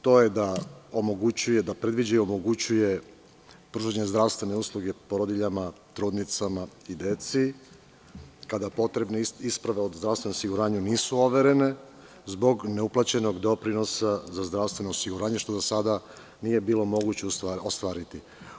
To je da predviđa i omogućuje pružanje zdravstvene usluge porodiljama, trudnicama i decu kada potrebne isprave zdravstvenog osiguranja nisu overene, zbog neuplaćenog doprinosa za zdravstveno osiguranje, što do sada nije bilo moguće ostvariti.